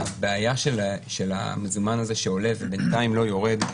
הבעיה של המזומן הזה שעולה ובינתיים לא יורד,